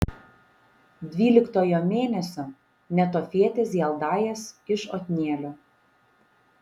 dvyliktojo mėnesio netofietis heldajas iš otnielio